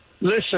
listen